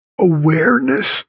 awareness